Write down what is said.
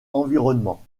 environnement